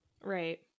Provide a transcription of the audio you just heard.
Right